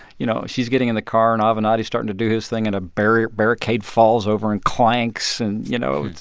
you know, she's getting in the car and avenatti's starting to do his thing, and a barricade barricade falls over and clanks. and, you know,